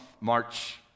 March